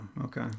okay